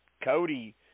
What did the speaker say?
cody